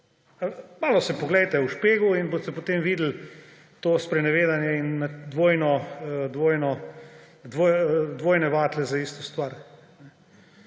Malo se poglejte v špegel in boste potem videli to sprenevedanje in dvojne vatle za isto stvar.